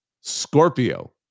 Scorpio